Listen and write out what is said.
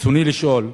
רצוני לשאול: